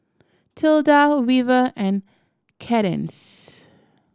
Tilda Weaver and Cadence